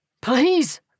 Please